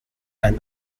and